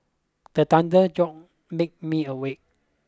the thunder jolt make me awake